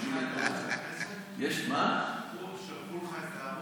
שלחו לך את הערוץ?